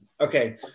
Okay